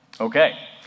Okay